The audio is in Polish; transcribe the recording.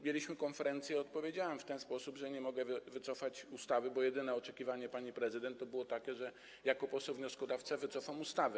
Mieliśmy konferencję, odpowiedziałem w ten sposób, że nie mogę wycofać ustawy, bo jedyne oczekiwanie pani prezydent było takie, że jako poseł wnioskodawca wycofam ustawę.